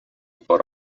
for